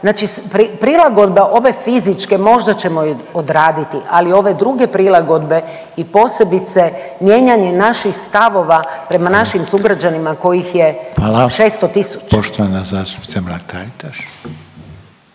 Znači prilagodbe ove fizičke možda ćemo ju odraditi, ali ove druge prilagodbe i posebice mijenjanje naših stavova prema našim sugrađanima kojih je…/Upadica